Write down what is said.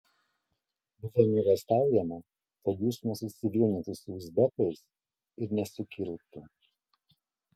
buvo nuogąstaujama kad jis nesusivienytų su uzbekais ir nesukiltų